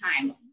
time